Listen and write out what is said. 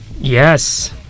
Yes